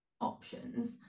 options